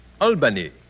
Albany